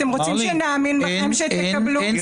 אתם רוצים שנאמין לכם, שתקבלו החלטות סבירות.